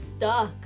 stuck